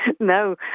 No